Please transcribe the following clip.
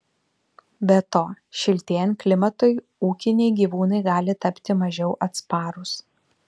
be to šiltėjant klimatui ūkiniai gyvūnai gali tapti mažiau atsparūs